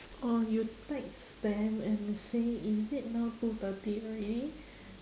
or you text them and say is it now two thirty already